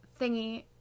thingy